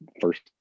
first